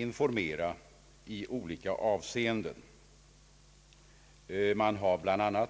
Jag kan nämna att en skrift har